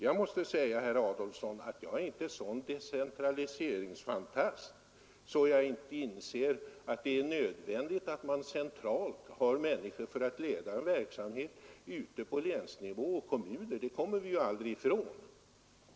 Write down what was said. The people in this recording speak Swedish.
Jag måste till herr Adolfsson säga att jag inte är en sådan decentraliseringsfantast att jag inte inser att det är nödvändigt att man centralt har tjänstemän för att leda en verksamhet ute på länsnivå och i kommunerna. Det kommer vi aldrig ifrån.